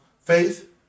faith